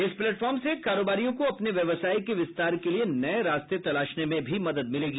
इस प्लेटफार्म से कारोबारियों को अपने व्यवसाय के विस्तार के लिए नये रास्ते तलाशने में भी मदद मिलेगी